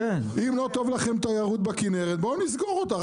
אם לא טוב לכם תיירות בכנרת בואו נסגור אותה,